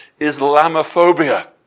Islamophobia